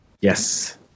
Yes